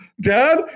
dad